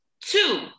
Two